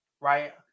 right